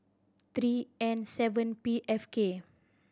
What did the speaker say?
three N seven P F K